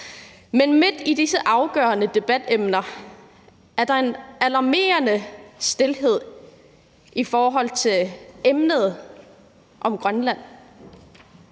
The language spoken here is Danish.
Men midt i disse afgørende debatemner er der en alarmerende stilhed i forhold til emnet om Grønland.